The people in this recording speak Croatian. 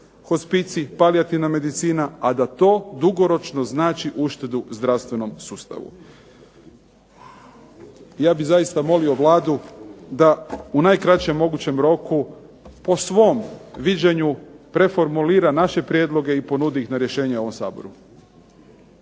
hospicij, palijativna medicina a da to dugoročno znači uštedu zdravstvenom sustavu. Ja bih zaista molio Vladu da u najkraćem mogućem roku po svom viđenju preformulira naše prijedloge i ponudi ih na rješenje ovom Saboru.